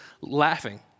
laughing